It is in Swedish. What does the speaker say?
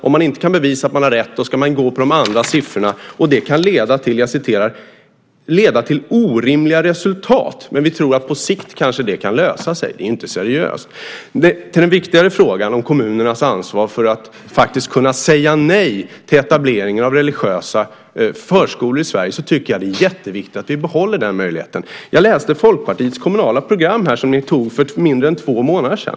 Om man inte kan bevisa att man har rätt ska man gå på de andra siffrorna, och det kan leda till orimliga resultat, men ni tror att på sikt kanske det kan lösa sig. Det är ju inte seriöst. Låt mig gå över till den viktigare frågan om kommunernas ansvar att kunna säga nej till etableringen av religiösa förskolor i Sverige. Jag tycker att det är jätteviktigt att vi behåller den möjligheten. Jag läste Folkpartiets kommunala program som ni antog för mindre än två månader sedan.